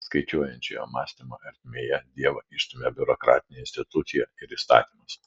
skaičiuojančiojo mąstymo ertmėje dievą išstumia biurokratinė institucija ir įstatymas